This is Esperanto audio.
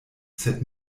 sed